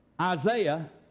Isaiah